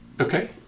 Okay